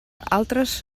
altres